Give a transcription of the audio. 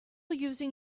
using